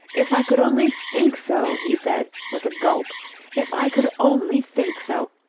if i could only think so he said with a gulp if i could only think so.